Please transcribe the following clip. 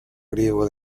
griego